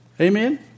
Amen